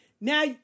Now